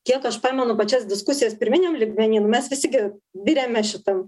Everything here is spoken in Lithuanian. kiek aš pamenu pačias diskusijas pirminiam lygmeny nu mes visi gi biriame šitam